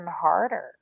harder